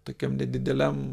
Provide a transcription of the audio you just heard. tokiam nedideliam